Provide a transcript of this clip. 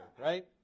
right